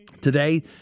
Today